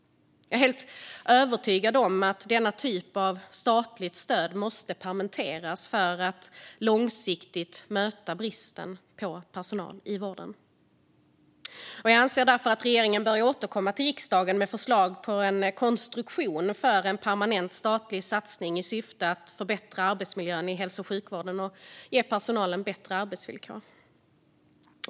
Jag är helt övertygad om att denna typ av statligt stöd måste permanentas för att långsiktigt möta bristen på personal i vården. Jag anser därför att regeringen bör återkomma till riksdagen med förslag på en konstruktion för en permanent statlig satsning i syfte att förbättra arbetsmiljön i hälso och sjukvården och ge personalen bättre arbetsvillkor.